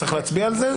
יש להצביע על זה?